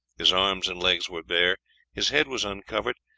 his arms and legs were bare his head was uncovered,